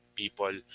people